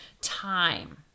time